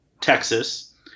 Texas